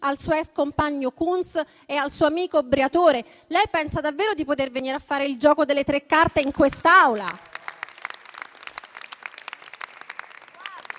al suo compagno, Dimitri Kunz, e al suo amico Briatore? Lei pensa davvero di poter venire a fare il gioco delle tre carte in quest'Aula?